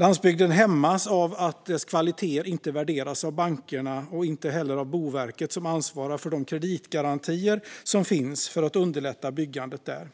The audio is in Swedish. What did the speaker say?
Landsbygden hämmas av att dess kvaliteter inte värderas av bankerna och inte heller av Boverket, som ansvarar för de kreditgarantier som finns för att underlätta byggandet där.